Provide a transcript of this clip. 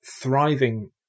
thriving